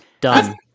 Done